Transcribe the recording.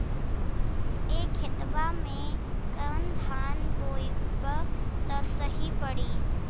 ए खेतवा मे कवन धान बोइब त सही पड़ी?